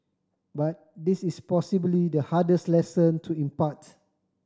but this is possibly the hardest lesson to impart